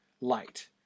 light